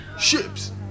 ships